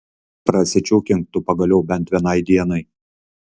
prasičiūkink tu pagaliau bent vienai dienai